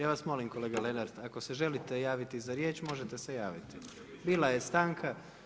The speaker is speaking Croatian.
Ja vas molim, kolega Lenart, ako se želite javiti za riječ, možete se javiti, bila je stanka.